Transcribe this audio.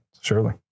surely